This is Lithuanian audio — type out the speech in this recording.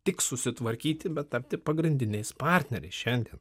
tik susitvarkyti bet tapti pagrindiniais partneriais šiandien